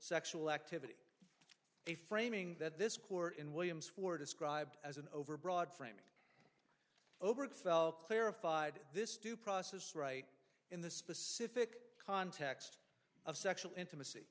sexual activity a framing that this court in williams were described as an overbroad framing oberg fell clarified this due process right in the specific context of sexual intimacy